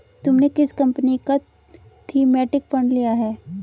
तुमने किस कंपनी का थीमेटिक फंड लिया है?